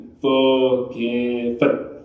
Forgiven